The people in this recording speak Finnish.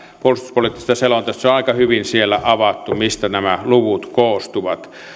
puolustuspoliittisesta selonteosta se on aika hyvin siellä avattu mistä nämä luvut koostuvat